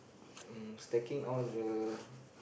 um stacking all the